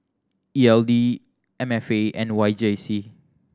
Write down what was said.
E L D M F A and Y J C